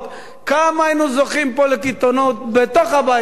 כמה היינו זוכים פה לקיתונות בתוך הבית הזה.